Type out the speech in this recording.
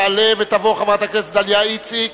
תעלה ותבוא חברת הכנסת דליה איציק.